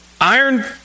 Iron